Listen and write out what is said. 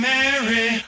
Mary